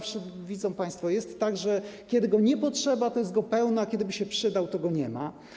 Widzą państwo, jest tak: kiedy go nie potrzeba, to jest go pełno, a kiedy by się przydał, to go nie ma.